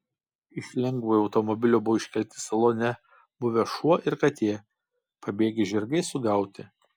iš lengvojo automobilio buvo iškelti salone buvę šuo ir katė pabėgę žirgai sugauti